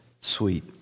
sweet